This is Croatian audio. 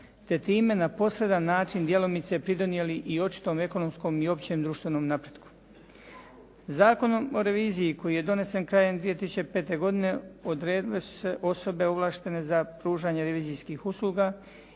te time na posredan način djelomice pridonijeli i očitom ekonomskom i općem društvenom napretku. Zakonom o reviziji koji je donesen krajem 2005. godine odredile su se osobe ovlaštene za pružanje revizijskih usluga